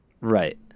Right